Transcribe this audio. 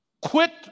Quit